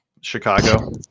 Chicago